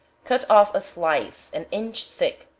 cut off a slice, an inch thick,